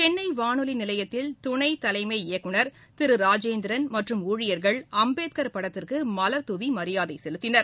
சென்னை வானொலி நிவையத்தில் துணைத்தலைமை இயக்குனர் திரு ராஜேந்திரன் மற்றும் ஊழியர்கள் அம்பேத்கர் படத்திற்கு மலர் தூவி மரியாதை செலுத்தினர்